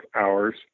hours